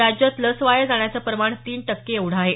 राज्यात लस वाया जाण्याचं प्रमाण तीन टक्के एवढं आहे